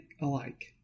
alike